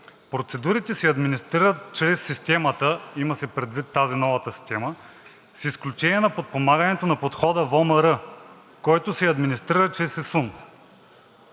„Процедурите се администрират чрез системата – има се предвид тази новата система – с изключение на подпомагането на подхода ВОМР, който се администрира чрез ИСУН.“